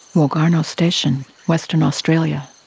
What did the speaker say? wogarno station, western australia,